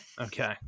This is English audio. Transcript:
Okay